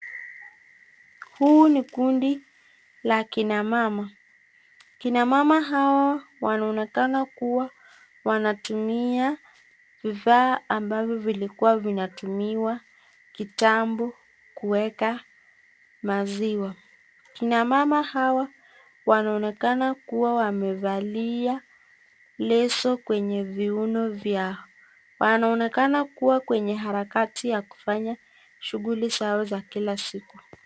Huu ni kundi la kina mama. Kina mama hawa wanaonekana kuwa wanatumia vifaa ambavyo vilikuwa vinatumiwa kitambo kuweka maziwa. Kina mama hawa wanaonekana kuwa wamevalia leso kwenye viuno vyao. Wanaonekana kuwa kwenye harakati ya kufanya shughuli zao za siku.